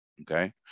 Okay